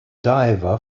diver